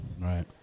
Right